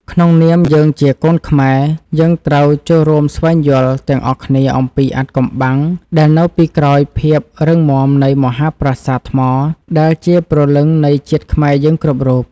ក្នុងនាមយើងជាកូនខ្មែរ យើងត្រូវចូលរួមស្វែងយល់ទាំងអស់គ្នាអំពីអាថ៌កំបាំងដែលនៅពីក្រោយភាពរឹងមាំនៃមហាប្រាសាទថ្មដែលជាព្រលឹងនៃជាតិខ្មែរយើងគ្រប់រូប។